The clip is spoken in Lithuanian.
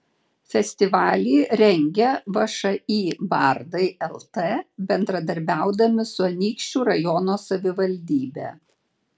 festivalį rengia všį bardai lt bendradarbiaudami su anykščių rajono savivaldybe